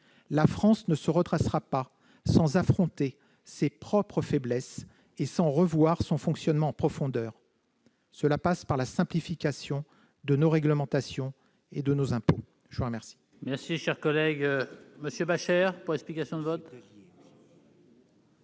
La France ne se redressera pas sans affronter ses propres faiblesses et sans revoir son fonctionnement en profondeur. Cela passe par la simplification de nos réglementations et de nos impôts. La parole est à M. Jérôme Bascher, pour explication de vote.